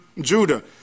Judah